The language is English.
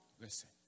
listen